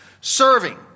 Serving